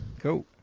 Cool